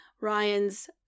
Ryan's